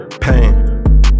Pain